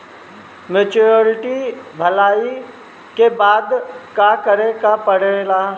Maturity भईला के बाद का करे के पड़ेला?